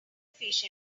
fish